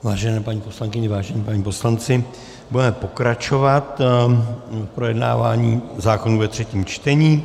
Vážené paní poslankyně, vážení páni poslanci, budeme pokračovat projednáváním zákonů ve třetím čtení.